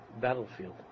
battlefield